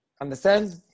understand